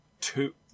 two